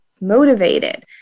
motivated